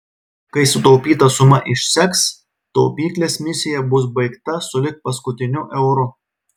kai sutaupyta suma išseks taupyklės misija bus baigta sulig paskutiniu euru